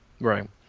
Right